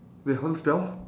wait how to spell